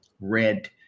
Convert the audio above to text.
red